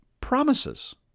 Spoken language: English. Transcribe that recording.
promises